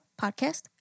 podcast